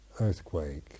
earthquake